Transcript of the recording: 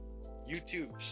youtube